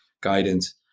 guidance